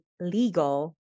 legal